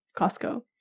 Costco